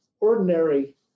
ordinary